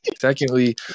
Secondly